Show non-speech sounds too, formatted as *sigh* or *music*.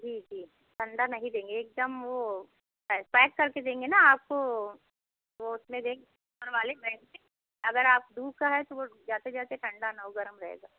जी जी ठंडा नहीं देंगे एकदम वो पैक करके देंगे ना आपको वो उसमें देंगे *unintelligible* वाले *unintelligible* में अगर आप दूर का है तो वो जाते जाते ठंडा न हो गरम रहेगा